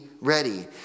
ready